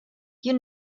you